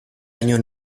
año